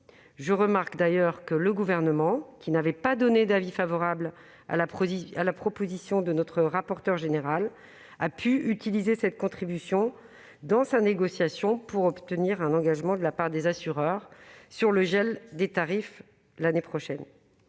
Je remarque d'ailleurs que le Gouvernement, qui n'avait pas émis d'avis favorable sur la proposition du rapporteur général, a pu utiliser cette contribution dans sa négociation pour obtenir un engagement de la part des assureurs sur le gel des tarifs l'année prochaine.